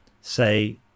say